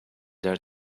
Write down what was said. their